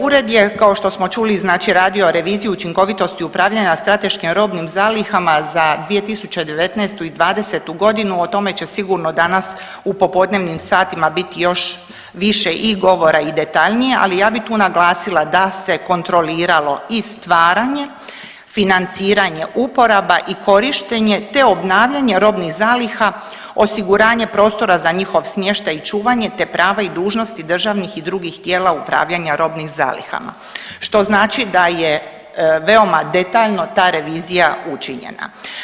Ured je kao što smo čuli znači radio reviziju učinkovitosti upravljanja strateškim robnim zalihama za 2019. i '20.g., o tome će sigurno danas u popodnevnim satima biti još više i govora i detaljnija, ali ja bi tu naglasila da se kontroliralo i stvaranje, financiranje, uporaba i korištenje, te obnavljanje robnih zaliha, osiguranje prostora za njihov smještaj i čuvanje, te prava i dužnosti državnih i drugih tijela upravljanja robnim zalihama, što znači da je veoma detaljno ta revizija učinjena.